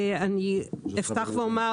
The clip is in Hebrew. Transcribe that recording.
אני אפתח ואומר